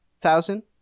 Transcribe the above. thousand